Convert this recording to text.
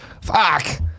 Fuck